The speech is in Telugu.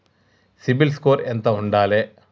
సిబిల్ స్కోరు ఎంత ఉండాలే?